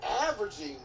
averaging